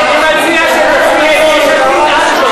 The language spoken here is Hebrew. מה זה "שב במקומך"?